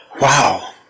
Wow